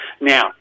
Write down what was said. now